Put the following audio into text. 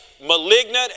malignant